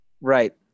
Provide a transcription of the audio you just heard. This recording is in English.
Right